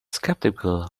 skeptical